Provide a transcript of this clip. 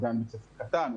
עדיין בית ספר קטן,